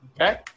Okay